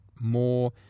more